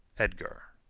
edgar.